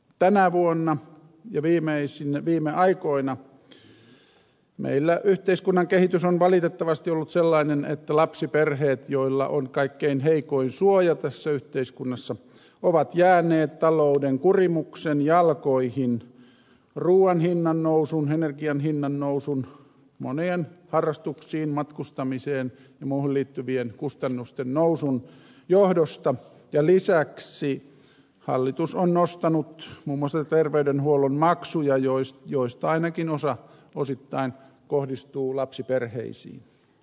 tänä vuonna ja viime aikoina meillä yhteiskunnan kehitys on valitettavasti ollut sellainen että lapsiperheet joilla on kaikkein heikoin suoja tässä yhteiskunnassa ovat jääneet talouden kurimuksen jalkoihin ruuan hinnannousun energian hinnannousun monien harrastuksiin matkustamiseen ja muuhun liittyvien kustannusten nousun johdosta ja lisäksi hallitus on nostanut muun muassa terveydenhuollon maksuja joista ainakin osa osittain kohdistuu lapsiperheisiin